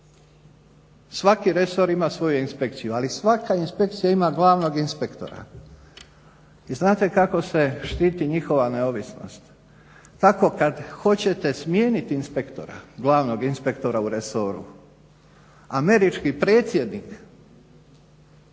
svaki resor ima svoju inspekciju ali svaka inspekcija ima glavnog inspektora. I znate kako se štiti njihova neovisnost, tako kad hoćete smijenit inspektora, glavnog inspektora u resoru, američki predsjednik